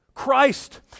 Christ